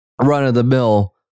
run-of-the-mill